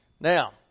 Now